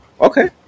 Okay